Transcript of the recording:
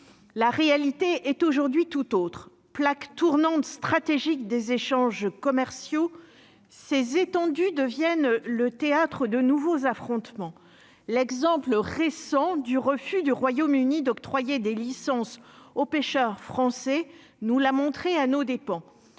la réalité est aujourd'hui tout autre plaque tournante stratégique des échanges commerciaux ces étendues deviennent le théâtre de nouveaux affrontements l'exemple récent du refus du Royaume-Uni d'octroyer des licences aux pêcheurs français nous la montrer à nos dépens